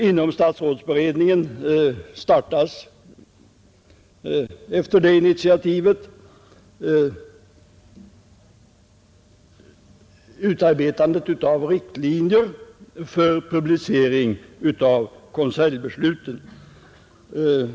Inom statsrådsberedningen startades efter det initiativet utarbetandet av riktlinjer för publicering av konseljbesluten.